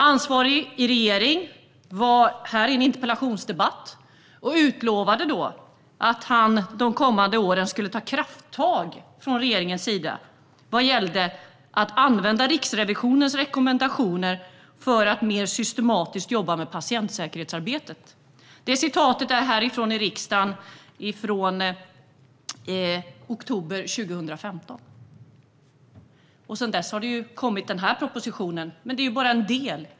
Ansvarig i regeringen var här i en interpellationsdebatt och utlovade då att man de kommande åren skulle ta krafttag från regeringens sida vad gällde att använda Riksrevisionens rekommendationer för att mer systematiskt jobba med patientsäkerhetsarbetet. Detta var i november 2015. Sedan dess har den här propositionen kommit, men det är bara en del.